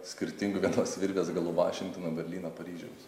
skirtingų vienos virvės galų vašingtono berlyno paryžiaus